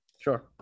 Sure